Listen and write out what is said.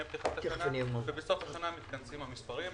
פתיחת השנה ובסוף השנה מתכנסים המספרים.